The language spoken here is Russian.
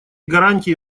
гарантии